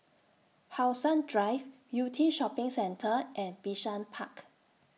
How Sun Drive Yew Tee Shopping Centre and Bishan Park